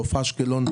חוף אשקלון,